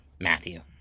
Matthew